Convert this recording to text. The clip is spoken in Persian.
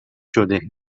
شده